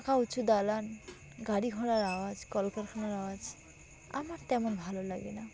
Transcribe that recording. উঁচু দালান গাড়ি ঘোড়ার আওয়াজ কলকারখানার আওয়াজ আমার তেমন ভালো লাগে না